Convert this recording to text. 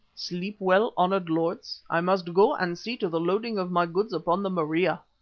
sleep well, honoured lords, i must go and see to the loading of my goods upon the maria.